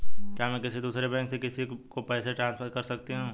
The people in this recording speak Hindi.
क्या मैं किसी दूसरे बैंक से किसी को पैसे ट्रांसफर कर सकती हूँ?